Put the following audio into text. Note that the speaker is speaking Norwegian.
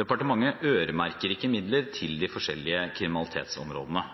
Departementet øremerker ikke midler til de forskjellige kriminalitetsområdene.